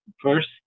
first